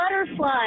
butterfly